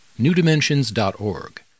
newdimensions.org